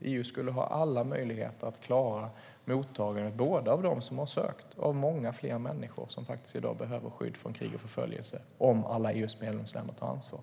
EU skulle ha alla möjligheter att klara mottagandet av dem som har sökt och av många fler människor som i dag faktiskt behöver skydd från krig och förföljelse om alla EU:s medlemsländer tar ansvar.